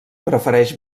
prefereix